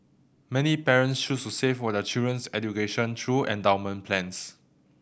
many parents choose to save for their children's education through endowment plans